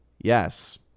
Yes